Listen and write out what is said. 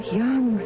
young